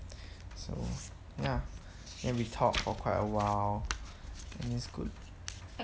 so ya and we talk for quite a while and it's good